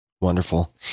Wonderful